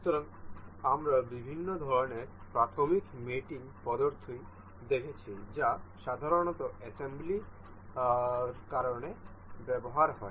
সুতরাং আমরা বিভিন্ন ধরণের প্রাথমিক মেটিং পদ্ধতি দেখেছি যা সাধারণত অ্যাসেম্বলি ব্যবহৃত হয়